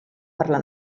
parlar